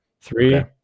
Three